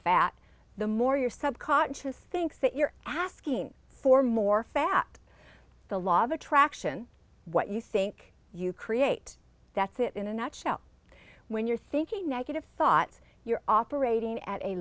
fat the more your subconscious thinks that you're asking for more fap the law of attraction what you think you create that's it in a nutshell when you're thinking negative thoughts you're operating at a